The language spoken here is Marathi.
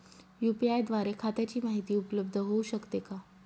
यू.पी.आय द्वारे खात्याची माहिती उपलब्ध होऊ शकते का?